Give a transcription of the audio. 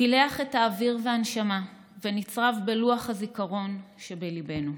פילח את האוויר והנשמה ונצרב בלוח הזיכרון שבליבנו.